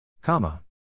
comma